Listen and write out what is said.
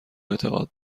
اعتقاد